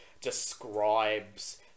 describes